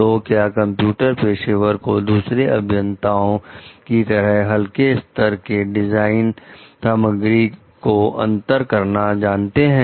तो क्या कंप्यूटर पेशेवर को दूसरे अभियंताओं की तरह हल्के स्तर के डिजाइन सामग्री को अंतर करना जानते हैं